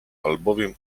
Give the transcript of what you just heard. albowiem